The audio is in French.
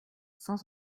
cent